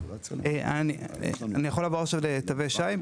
אני יכול לעבור עכשיו לתווי השי?